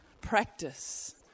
Practice